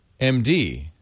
MD